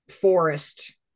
forest